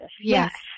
Yes